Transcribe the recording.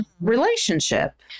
relationship